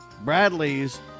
Bradley's